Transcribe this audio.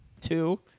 Two